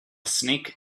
snake